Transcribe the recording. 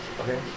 Okay